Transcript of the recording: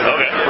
Okay